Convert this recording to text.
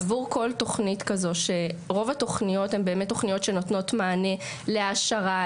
רוב התוכניות הן באמת תוכניות שנותנות מענה להעשרה,